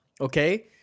okay